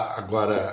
agora